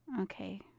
Okay